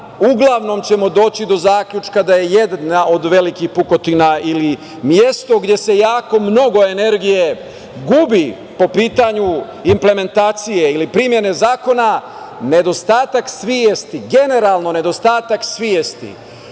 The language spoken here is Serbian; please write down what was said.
uglavnom ćemo doći do zaključka da je jedna od velikih pukotina ili mesto gde se jako mnogo energije gubi po pitanju implementacije ili primene zakona, generalno nedostatak svesti,